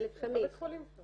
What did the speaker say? אני אומרת לך,